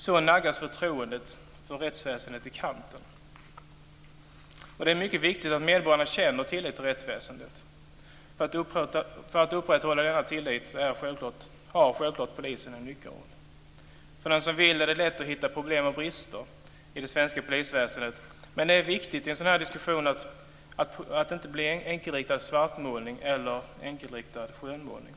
Så naggas förtroendet för rättsväsendet i kanten. Det är mycket viktigt att medborgarna känner tillit till rättsväsendet. För att upprätthålla denna tillit har polisen självklart en nyckelroll. För den som så vill är det lätt att hitta problem och brister i det svenska polisväsendet. Men i en sådan här diskussion är det viktigt att det inte blir vare sig enkelriktad svartmålning eller enkelriktad skönmålning.